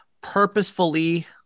purposefully